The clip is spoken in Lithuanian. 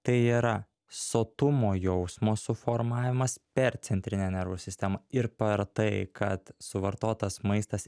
tai yra sotumo jausmo suformavimas per centrinę nervų sistemą ir par tai kad suvartotas maistas